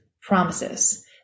promises